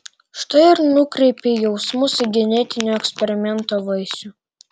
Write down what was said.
štai ir nukreipei jausmus į genetinio eksperimento vaisių